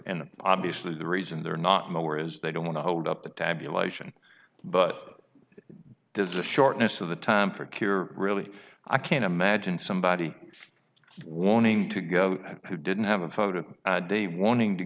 and obviously the reason they're not nowhere is they don't want to hold up the tabulation but does the shortness of the time for cure really i can't imagine somebody wanting to go who didn't have a photo id wanting to